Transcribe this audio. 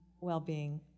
well-being